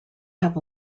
have